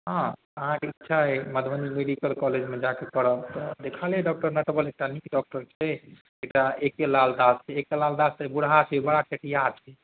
हँ अहाँके इच्छा अइ मधुबनीमे कॉलेजमे जाकऽ कराएब तऽ देखल अइ डॉकटर नटवर एकटा नीक डॉकटर छै एकटा एके लाल दास छै एके लाल दास छै बूढ़ा छै बड़ा टेटिआहा छै